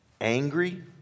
angry